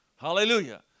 Hallelujah